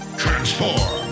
transform